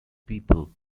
people